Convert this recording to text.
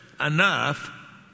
enough